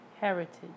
heritage